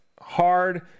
hard